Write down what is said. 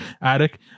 attic